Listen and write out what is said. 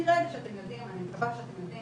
נראה לי אתם יודעים, אני מקווה שאתם יודעים.